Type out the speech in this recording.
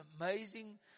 amazing